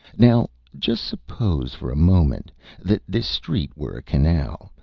now just suppose for a moment that this street were a canal,